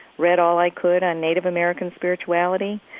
read all i could on native american spirituality,